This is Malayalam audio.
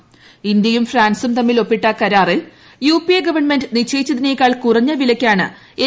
യോഗത്തിൽ ഇന്ത്യയും ഫ്രാൻസും തമ്മിൽ ഒപ്പിട്ട കരാറിൽ യുപിഎ ഗവണ്മെന്റ് വിമാനങ്ങൾ നിശ്ചയിച്ചതിനേക്കാൾ കുറഞ്ഞ വിലയക്കാണ് എൻ